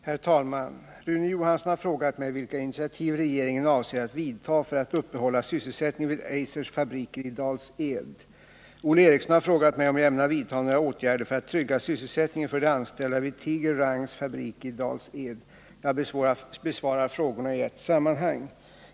Herr talman! Rune Johansson har frågat mig vilka initiativ regeringen avser att vidta för att uppehålla sysselsättningen vid AB Eisers fabrik i Dals-Ed. Olle Eriksson har frågat mig, om jag ämnar vidta några åtgärder som kan trygga sysselsättningen för de anställda vid Tiger-Rangs fabrik i Dals-Ed. Jag besvarar frågorna i ett sammanhang.